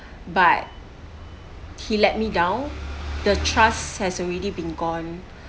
but he let me down the trust has already been gone